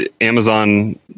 Amazon